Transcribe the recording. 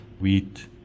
wheat